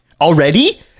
already